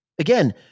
again